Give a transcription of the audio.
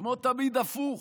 כמו תמיד, הפוך.